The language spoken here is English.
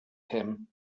him